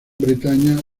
bretaña